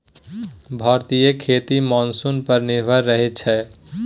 भारतीय खेती मानसून पर निर्भर रहइ छै